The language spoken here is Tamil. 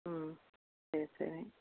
ம் சரி சரி